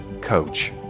coach